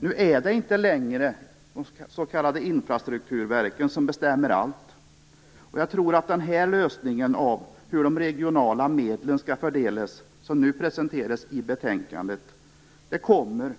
Nu är det inte längre de s.k. infrastrukturverken som bestämmer allt. Jag tror att med den lösning av hur de regionala medlen skall fördelas som nu presenteras i betänkandet kommer